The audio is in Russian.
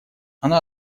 она